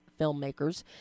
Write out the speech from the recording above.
filmmakers